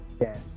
Yes